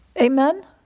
Amen